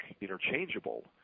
interchangeable